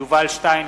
יובל שטייניץ,